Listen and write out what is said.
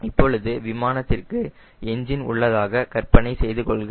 இப்பொழுது விமானத்திற்கு என்ஜின் உள்ளதாக கற்பனை செய்து கொள்க